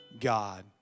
God